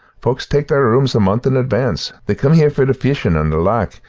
folks tak' their rooms a month in advance they come here for the fishin' on the loch,